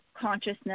consciousness